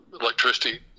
electricity